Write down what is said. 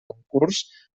concurs